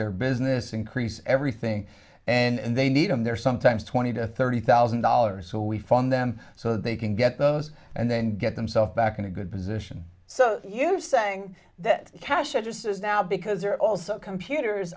their business increase everything and they need them there sometimes twenty to thirty thousand dollars so we fund them so they can get those and then get themselves back in a good position so you are saying that cash registers now because they're also computers